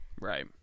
Right